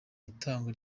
itangwa